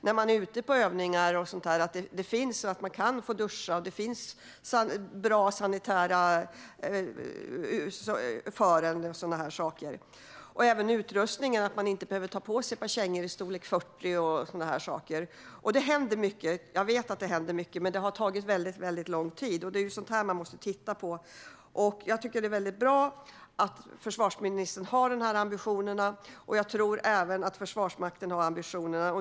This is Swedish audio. När man är ute på övningar ska det finnas bra sanitär utrustning, och man ska kunna duscha. Och när det gäller utrustning ska man inte behöva ta på sig kängor i storlek 40 och sådana saker. Det händer mycket. Jag vet det, men det har tagit väldigt lång tid. Man måste titta på sådant. Det är bra att försvarsministern har de här ambitionerna. Jag tror att även Försvarsmakten har ambitionerna.